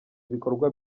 ibikorwa